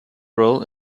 role